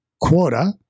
quota